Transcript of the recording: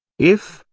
if,